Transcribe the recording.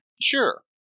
Sure